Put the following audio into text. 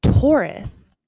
Taurus